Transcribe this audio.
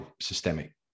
systemic